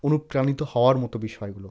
অনুপ্রাণিত হওয়ার মতো বিষয়গুলো